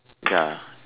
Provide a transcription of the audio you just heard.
ya